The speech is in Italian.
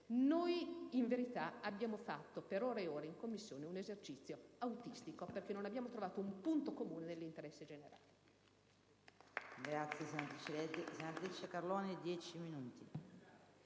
Noi, in verità, abbiamo fatto, per ore ed ore, in Commissione, un esercizio autistico, perché non siamo riusciti a trovare un punto comune nell'interesse generale.